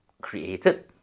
created